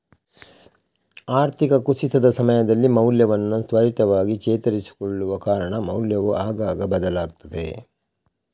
ಆರ್ಥಿಕ ಕುಸಿತದ ಸಮಯದಲ್ಲಿ ಮೌಲ್ಯವನ್ನ ತ್ವರಿತವಾಗಿ ಚೇತರಿಸಿಕೊಳ್ಳುವ ಕಾರಣ ಮೌಲ್ಯವು ಆಗಾಗ ಬದಲಾಗ್ತದೆ